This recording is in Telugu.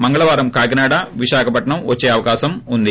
మంగళవారం కాకినాడ విశాఖ వచ్చే అవకాశం ఉంది